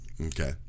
Okay